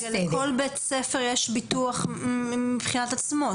לכל בית ספר יש ביטוח מבחינת עצמו.